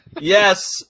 Yes